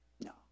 No